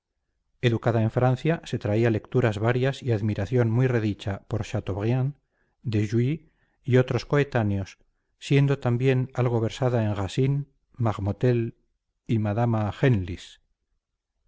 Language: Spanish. educada en francia se traía lecturas varias y admiración muy redicha por chateaubriand de jouy y otros coetáneos siendo también algo versada en racine marmontel y madama genlis